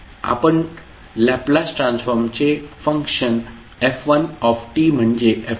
आपण लॅपलास ट्रान्सफॉर्मचे function f1 म्हणजे F1 लिहाल